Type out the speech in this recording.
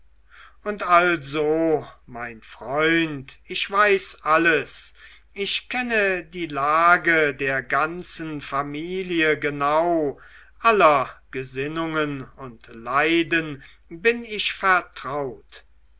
und also mein freund ich weiß alles ich kenne die lage der ganzen familie genau aller gesinnungen und leiden bin ich vertraut